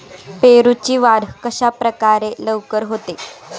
पेरूची वाढ कशाप्रकारे लवकर होते?